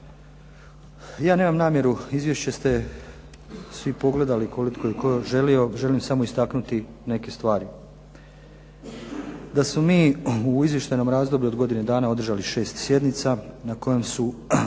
Ja nemam namjeru, izvješće ste svi pogledali koliko je tko želio. Želim samo istaknuti neke stvari, da smo mi u izvještajnom razdoblju od godine dana održali 6 sjednica na kojem smo